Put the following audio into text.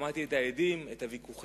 שמעתי את ההדים, את הוויכוחים.